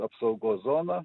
apsaugos zona